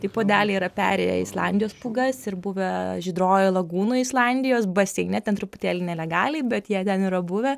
tai puodeliai yra perėję islandijos pūgas ir buvę žydrojoj lagūnoj islandijos baseine ten truputėlį nelegaliai bet jie ten yra buvę